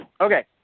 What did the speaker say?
Okay